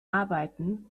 arbeiten